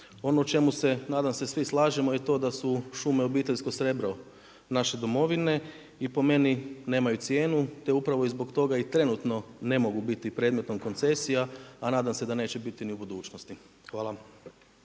Ono u čemu se nadam se svi slažemo je to da su šume obiteljsko srebro naše domovine i po meni nemaju cijenu te upravo i zbog toga i trenutno ne mogu biti predmetom koncesija a nadam se da neće biti ni u budućnosti. Hvala.